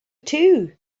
too